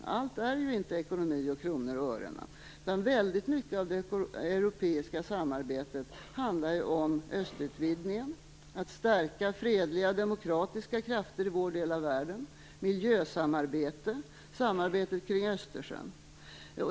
Allt är ju inte ekonomi, kronor och ören. Väldigt mycket av det europeiska samarbetet handlar ju om östutvidgningen, om att stärka fredliga demokratiska krafter i vår del av världen, miljösamarbete och samarbetet kring Östersjön.